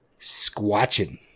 Squatching